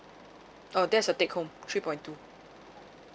uh there's a take home three point two